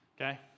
Okay